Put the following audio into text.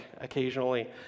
occasionally